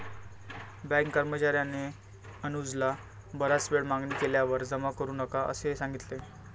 bank कर्मचार्याने अनुजला बराच वेळ मागणी केल्यावर जमा करू नका असे सांगितले